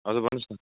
हजुर भन्नुहोस् न